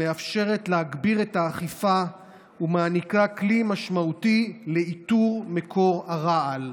המאפשרת להגביר את האכיפה ומעניקה כלי משמעותי לאיתור מקור הרעל.